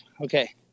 okay